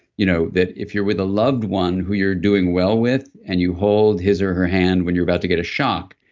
you know that if you're with a loved one who you're doing well with, and you hold his or her hand when you're about to get a shock,